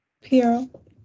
Piero